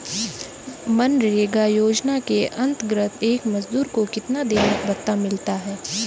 मनरेगा योजना के अंतर्गत एक मजदूर को कितना दैनिक भत्ता मिलता है?